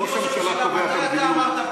ראש הממשלה קובע את המדיניות,